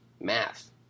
Math